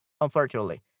unfortunately